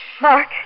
Mark